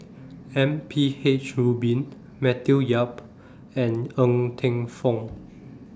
M P H Rubin Matthew Yap and Ng Teng Fong